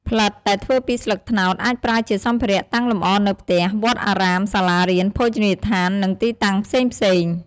ផ្លិតដែលធ្វើពីស្លឹកត្នោតអាចប្រើជាសម្ភារៈតាំងលម្អនៅផ្ទះ វត្តអារាម សាលារៀន ភោជនីយដ្ឋាន និងទីតាំងផ្សេងៗ។